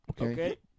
Okay